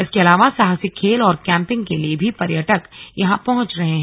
इसके अलावा साहसिक खेल और कैम्पिंग के लिए भी पर्यटक यहां पहुंच रहे हैं